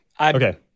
Okay